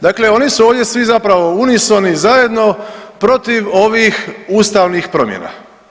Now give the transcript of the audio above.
Dakle oni su ovdje svi zapravo unisoni, zajedno protiv ovih ustavnih promjena.